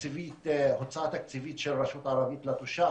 הוצאה תקציבית של רשות ערבית לתושב,